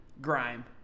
Grime